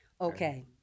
Okay